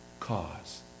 cause